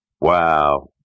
Wow